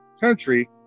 country